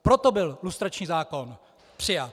Proto byl lustrační zákon přijat.